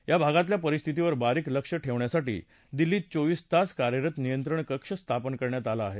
या भागातल्या परिस्थितीवर बारीक लक्ष ठेवण्यासाठी दिल्लीत चोवीस तास कार्यरत नियंत्रण कक्ष स्थापन करण्यात आलं आहे